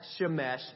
Shemesh